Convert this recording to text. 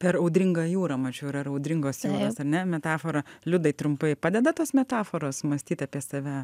per audringą jūrą mačiau yra ir audringos jūros ar ne metafora liudai trumpai padeda tos metaforos mąstyt apie save